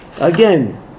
Again